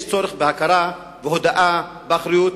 יש צורך בהכרה ובהודאה באחריות,